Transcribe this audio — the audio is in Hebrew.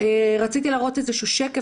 רציתי להראות שקף,